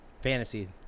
Fantasy